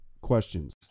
questions